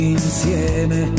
insieme